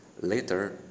later